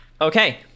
Okay